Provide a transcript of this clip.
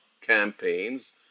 campaigns